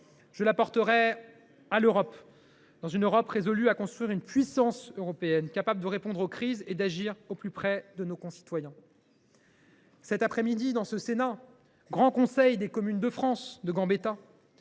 Je la porterai devant l’Europe, une Europe résolue à construire une puissance européenne capable de répondre aux crises et d’agir au plus près de nos concitoyens. Cet après midi, devant le Sénat, le « Grand Conseil des communes de France » de Gambetta,